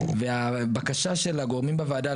והבקשה של הגורמים בוועדה,